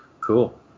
cool